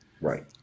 Right